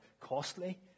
costly